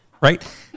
Right